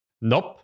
nope